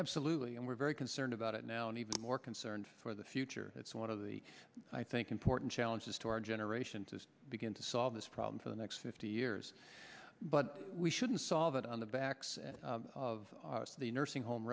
absolutely and we're very concerned about it now and even more concerned for the future that's one of the i think important challenges to our generation to begin to solve this problem for the next fifty years but we shouldn't solve it on the backs of the nursing home